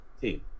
team